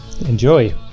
Enjoy